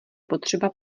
potřeba